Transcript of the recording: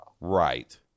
Right